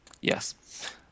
yes